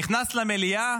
נכנס למליאה,